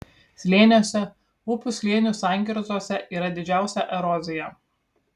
slėniuose upių slėnių sankirtose yra didžiausia erozija